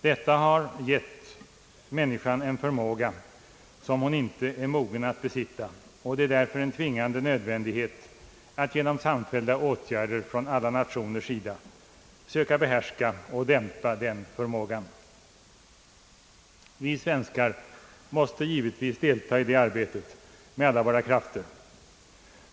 Detta har gett människan en förmåga som hon inte är mogen att besitta, och det är därför en tvingande nödvändighet att genom samfällda åtgärder av alla nationer söka behärska och dämpa den förmågan. Vi svenskar måste givetvis deltaga i detta arbete med alla våra krafter.